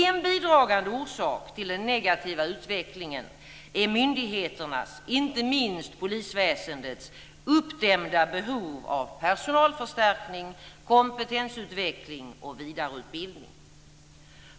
En bidragande orsak till den negativa utvecklingen är myndigheternas - inte minst polisväsendets - uppdämda behov av personalförstärkning, kompetensutveckling och vidareutbildning.